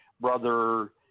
brother